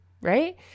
right